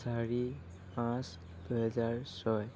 চাৰি পাঁচ দুহেজাৰ ছয়